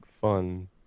fun